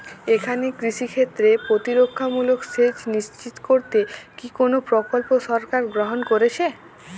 এখানে কৃষিক্ষেত্রে প্রতিরক্ষামূলক সেচ নিশ্চিত করতে কি কোনো প্রকল্প সরকার গ্রহন করেছে?